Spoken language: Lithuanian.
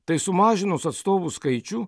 tai sumažinus atstovų skaičių